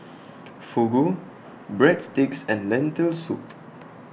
Fugu Breadsticks and Lentil Soup